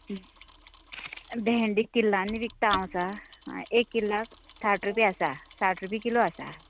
भेंडें किल्लांनी विकता हांव आतां एक किल्लाक साठ रुपया आसा साठ रुपये किलो आसा हय